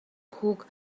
хүүг